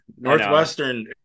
Northwestern